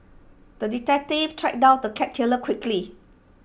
the detective tracked down the cat killer quickly